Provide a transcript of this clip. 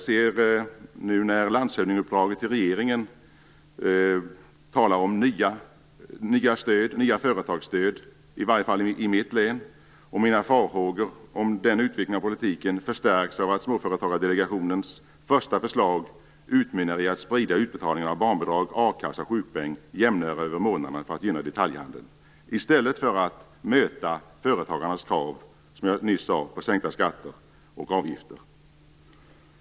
I landshövdingeuppdraget till regeringen talas det om nya företagsstöd, i alla fall i mitt hemlän. Mina farhågor om denna utveckling av politiken förstärks av att småföretagardelegationens första förslag utmynnar i en jämnare spridning av utbetalningar av barnbidrag, a-kassa och sjukpeng för att gynna detaljhandeln i stället för ett tillmötesgående av företagarnas krav på sänkta skatter och avgifter.